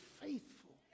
faithful